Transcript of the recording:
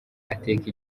ateka